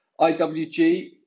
IWG